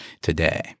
today